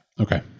Okay